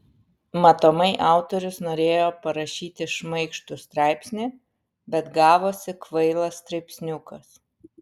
matomai autorius norėjo parašyti šmaikštų straipsnį bet gavosi kvailas straipsniukas